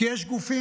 כי יש גופים,